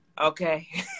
Okay